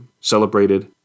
celebrated